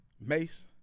Mace